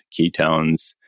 ketones